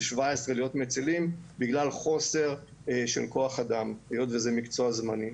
17 להיות מצילים בגלל חוסר של כוח אדם היות וזה מקצוע זמני.